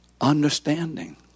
understanding